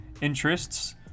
interests